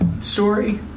story